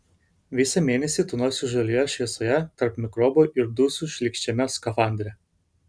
visą mėnesį tūnosiu žalioje šviesoje tarp mikrobų ir dusiu šlykščiame skafandre